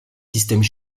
systèmes